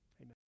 Amen